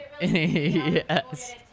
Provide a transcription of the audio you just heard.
Yes